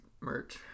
merch